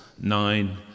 nine